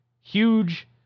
huge